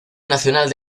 nacional